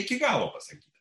iki galo pasakyti